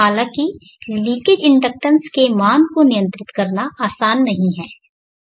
हालांकि leakage inductance के मान को नियंत्रित करना आसान नहीं है